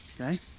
Okay